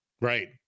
Right